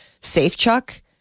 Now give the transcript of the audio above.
Safechuck